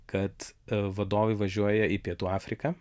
kad vadovai važiuoja į pietų afriką